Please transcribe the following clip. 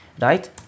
Right